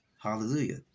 Hallelujah